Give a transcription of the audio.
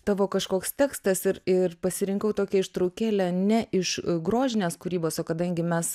tavo kažkoks tekstas ir ir pasirinkau tokią ištraukėlę ne iš grožinės kūrybos o kadangi mes